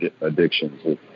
addictions